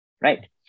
right